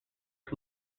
its